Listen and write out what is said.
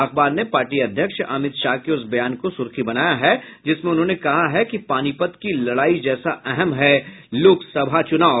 अखबार ने पार्टी अध्यक्ष अमित शाह के उस बयान को सुर्खी बनाया है जिसमें उन्होंने कहा है कि पानीपत की लड़ाई जैसा अहम है लोकसभा चुनाव